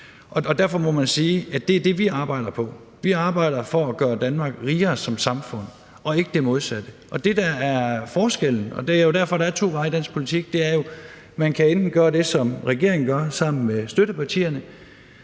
Derfor må man sige, at det er det, vi arbejder for. Vi arbejder for at gøre Danmark rigere som samfund og ikke det modsatte. Og det, der er forskellen – og det er jo derfor, der er to veje i dansk politik – er, at man enten kan gøre det, som regeringen gør sammen med støttepartierne,